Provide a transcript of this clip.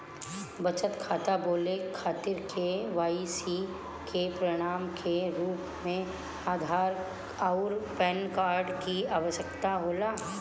बचत खाता खोले खातिर के.वाइ.सी के प्रमाण के रूप में आधार आउर पैन कार्ड की आवश्यकता होला